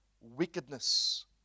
wickedness